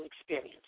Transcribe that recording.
experience